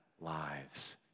lives